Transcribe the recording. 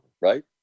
right